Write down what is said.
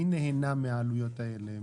מי נהנה מהעלויות האלה?